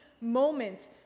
moments